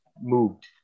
moved